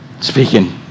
Speaking